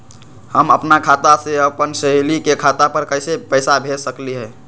हम अपना खाता से अपन सहेली के खाता पर कइसे पैसा भेज सकली ह?